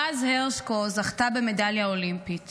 רז הרשקו זכתה במדליית אולימפית